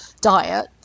diet